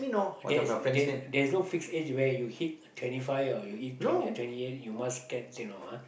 there's there's there's no fix age where you hit twenty five or you hit twenty twenty eight you must get you know ah